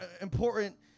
important